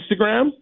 Instagram